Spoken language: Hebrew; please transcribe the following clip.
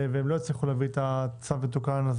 והם לא יצליחו להביא צו מתוקן,